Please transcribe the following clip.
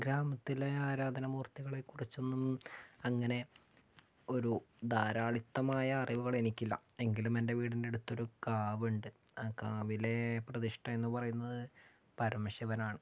ഗ്രാമത്തിലെ ആരാധനമൂർത്തികളെകുറിച്ചൊന്നും അങ്ങനെ ഒരു ധാരാളിത്തമായ അറിവുകൾ എനിക്കില്ല എങ്കിലും എൻ്റെ വീടിൻ്റെ അടുത്തൊരു കാവുണ്ട് ആ കാവിലെ പ്രതിഷ്ഠയെന്ന് പറയുന്നത് പരമശിവനാണ്